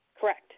Correct